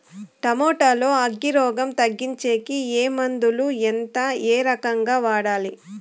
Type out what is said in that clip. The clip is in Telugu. టమోటా లో అగ్గి రోగం తగ్గించేకి ఏ మందులు? ఎంత? ఏ రకంగా వాడాలి?